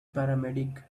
paramedic